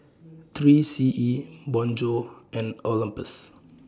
three C E Bonjour and Olympus